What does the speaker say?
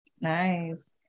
Nice